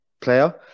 player